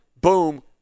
Boom